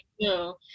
no